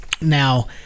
now